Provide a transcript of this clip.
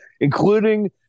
including